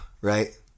right